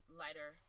lighter